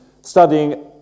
studying